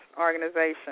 organization